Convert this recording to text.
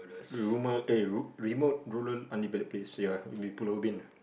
rumour eh remote rural undeveloped place ya it'll be Pulau-Ubin ah